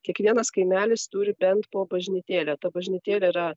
kiekvienas kaimelis turi bent po bažnytėlę ta bažnytėlė yra